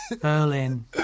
Berlin